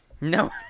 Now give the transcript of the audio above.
No